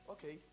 Okay